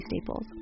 staples